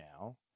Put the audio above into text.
now